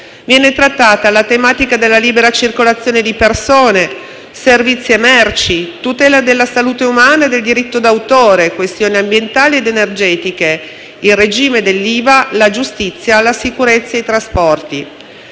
viene trattata la tematica della libera circolazione di persone, servizi e merci, la tutela della salute umana e del diritto d'autore, le questioni ambientali ed energetiche, il regime dell'IVA, la giustizia, la sicurezza e i trasporti.